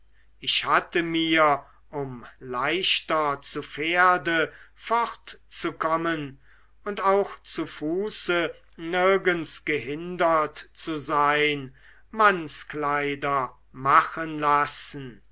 ich hatte mir um leichter zu pferde fortzukommen und auch zu fuße nirgends gehindert zu sein mannskleider machen lassen